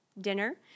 dinner